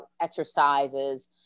exercises